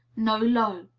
no low.